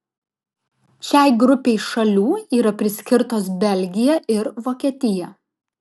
šiai grupei šalių yra priskirtos belgija ir vokietija